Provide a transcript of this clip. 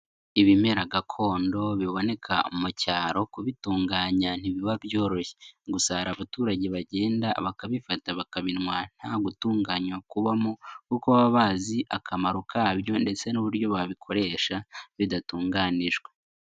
Ibimera gakondo biboneka mu cyaro kubitunganya ntibiba byoroshye, gusa hari abaturage bagenda bakabifata bakabinywa nta gutunganywa kubamo kuko baba bazi akamaro kabyo ndetse n'uburyo babikoresha bidatunganijwe.